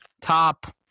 Top